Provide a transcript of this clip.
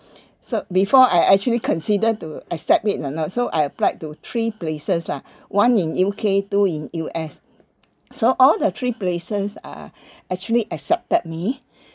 so before I actually considered to accept it or not so I applied to three places lah one in U_K two in U_S so all the three places uh actually accepted me